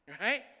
right